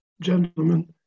gentlemen